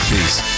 Peace